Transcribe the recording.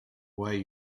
way